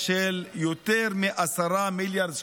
מ-10 מיליארד שקלים.